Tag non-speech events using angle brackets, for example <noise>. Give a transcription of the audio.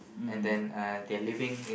mm <breath>